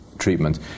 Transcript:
treatment